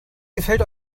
gefällt